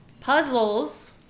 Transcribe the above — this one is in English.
puzzles